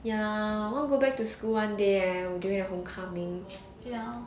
ya I want to go back to school one day leh during the home coming